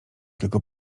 tylko